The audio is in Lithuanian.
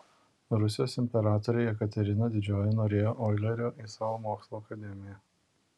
rusijos imperatorė jekaterina didžioji norėjo oilerio į savo mokslų akademiją